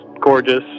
gorgeous